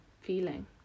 feeling